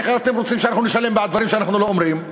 איך אתם רוצים שנשלם בעד דברים שאנחנו לא רואים,